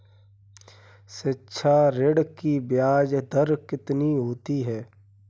शिक्षा ऋण की ब्याज दर कितनी होती है?